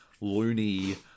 loony